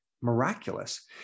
miraculous